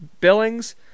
Billings